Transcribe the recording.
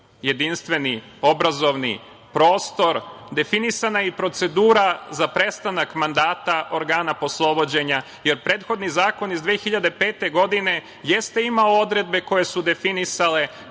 jedinstveni obrazovni prostor. Definisana je i procedura za prestanak mandata organa poslovođenja, jer prethodni zakon iz 2005. godine jeste imao odredbe koje su definisale